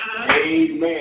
Amen